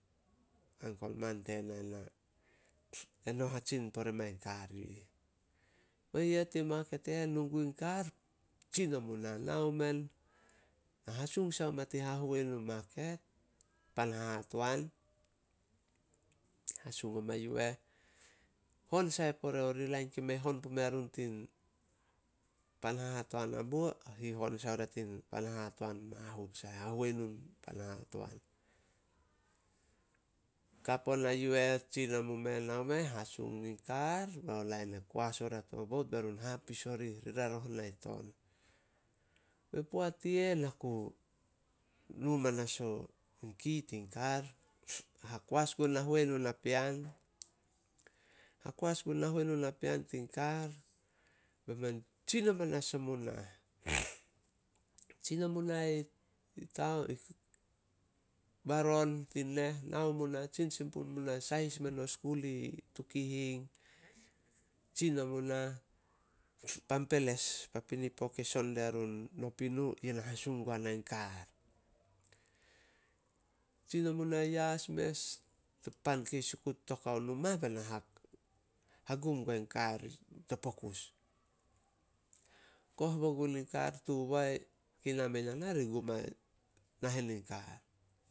uncle man tena ena. "Eno hatsin pore mai kar yu ih." Yu eh, tin maket e eh, nu gun kar, tsin omu nah. Nao men, na hasung sai oma tin hahuenu in maket, pan hahatoan, hasung oma yu eh, hon sai pore orih lain kei mei han pumea run tin pan hahatoan hamuo, hihon sai oria tin pan hahatoan hamuo, mahut sai, hahuenu in pan hahatoan. Kap ona yu eh, tsin omu meh, nao meh hasung muin kar bao lain koas oria to bout bai run hapis orih, di raroh nah ton. Poat i eh, na ku nu amanas in key tin kar. Hakoas gun nahuenu na pean - hakoas gun na huenu na pean tin kar, be men tsin amanas omu nah. Tsin omu nah baron tin neh, nao mu nah sahis men o skul i Tukihing, tsin omu nah. Pan pinipo ke-ke son dia run Nopinu, ye na hasung guana i kar. Tsin omu nah yas mes, tin pan sikut tok ao numa. Hagum guai kar to pokus, koh bo gun in kar, tu boai kei namei na na ri gum a nahen in kar.